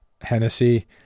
Hennessy